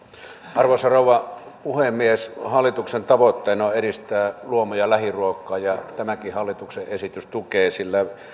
arvoisa rouva puhemies hallituksen tavoitteena on edistää luomu ja lähiruokaa ja tämäkin hallituksen esitys tukee sitä